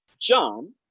John